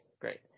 great